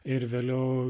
ir vėliau